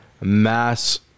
mass